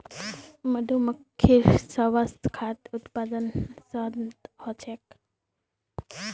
मधुमक्खिर सबस खास उत्पाद शहद ह छेक